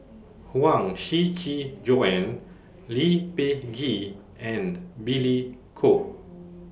Huang Shiqi Joan Lee Peh Gee and Billy Koh